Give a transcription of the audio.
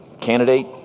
candidate